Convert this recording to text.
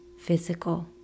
physical